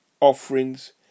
offerings